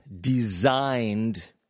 designed